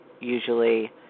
usually